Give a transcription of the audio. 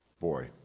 boy